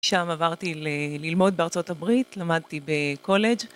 שם עברתי ללמוד בארצות הברית, למדתי בקולג'